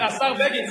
השר בגין,